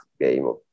game